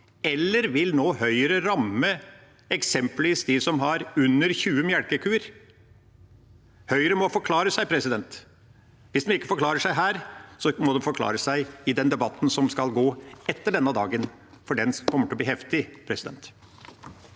eller vil Høyre nå ramme eksempelvis de som har under 20 melkekuer? Høyre må forklare seg. Hvis de ikke forklarer seg her, må de forklare seg i den debatten som skal gå etter denne dagen, for den kommer til å bli heftig. Per Vidar